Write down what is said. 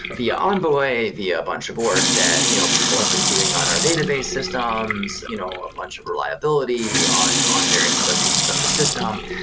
via envoy, via a bunch of work that you know people have been doing on our database systems, you know a bunch of reliability on on various other pieces of the system.